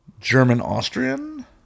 German-Austrian